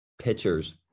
pitchers